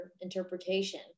interpretation